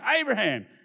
Abraham